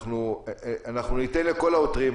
אנחנו ניתן לכל העותרים.